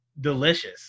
delicious